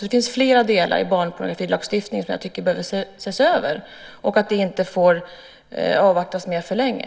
Det finns alltså flera delar i barnpornografilagstiftningen som jag tycker behöver ses över, och detta får det inte avvaktas med för länge.